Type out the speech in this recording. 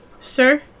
Sir